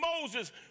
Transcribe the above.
Moses